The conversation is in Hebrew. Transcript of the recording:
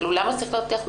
למה זה צריך להיות מיידי?